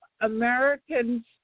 Americans –